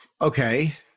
Okay